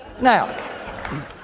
Now